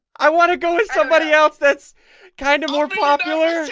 i want to go with somebody else. that's kind of more popular